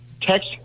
text